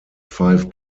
five